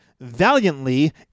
valiantly